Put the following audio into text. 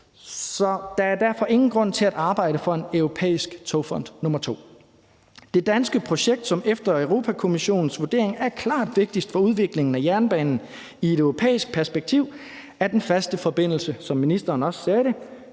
der er derfor ingen grund til at arbejde for en europæisk togfond nummer to. Det danske projekt, som efter Europa-Kommissionens vurdering klart er det vigtigste for udviklingen af jernbanen i et europæisk perspektiv, er, som ministeren også sagde det,